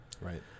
right